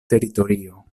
teritorio